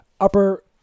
upper